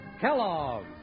Kellogg